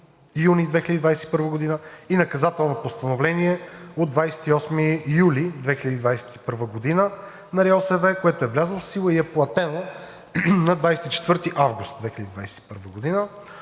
и наказателно постановление от 28 юли 2021 г. на РИОСВ, което е влязло в сила и е платено на 24 август 2021 г.